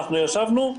אנחנו ישבנו,